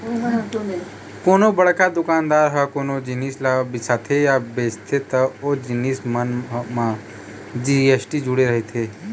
कोनो बड़का दुकानदार ह कोनो जिनिस ल बिसाथे या बेचथे त ओ जिनिस मन म जी.एस.टी जुड़े रहिथे